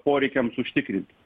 poreikiams užtikrinti